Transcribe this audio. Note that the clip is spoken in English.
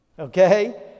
Okay